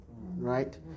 Right